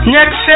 Next